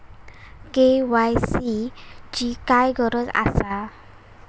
KYC ची काय गरज आसा?